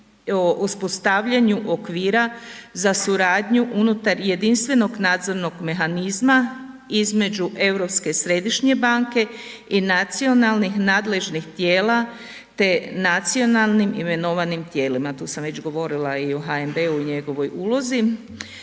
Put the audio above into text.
o uspostavljanju okvira za suradnju unutar jedinstvenog nadzornog mehanizma između Europske središnje banke i nacionalnih nadležnih tijela te nacionalnim imenovanim tijelima. Tu sam već govorila i o HNB-u i njegovoj ulozi.